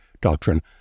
doctrine